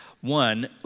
One